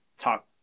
talk